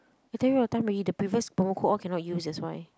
I tell you what time already the previous promo code all cannot use that's why